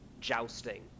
jousting